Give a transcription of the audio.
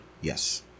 Yes